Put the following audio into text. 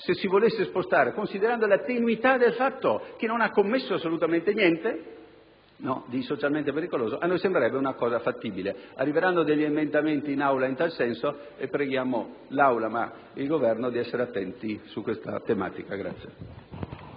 Se si volesse trasformare tale pena, considerando la tenuità del fatto e il non aver commesso assolutamente niente di socialmente pericoloso, a noi sembrerebbe una cosa fattibile. Presenteremo degli emendamenti in Aula in tal senso e preghiamo l'Aula, ma anche il Governo, di essere attenti su questa tematica.